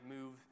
move